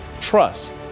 trust